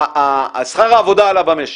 שכר העבודה עלה במשק,